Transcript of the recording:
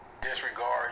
disregard